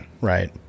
right